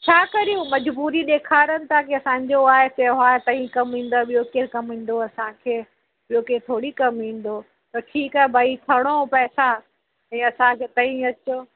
छा कयूं मज़बूरी ॾेखारनि था कि असांजो आहे त्योहार तव्हीं कमु ईंदा ॿियो केर कमु ईंदो असांखे ॿियो केर थोरी कमु ईंदो त ठीकु आहे भई खणो पैसा ऐं असांखे तव्हीं अचो